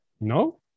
No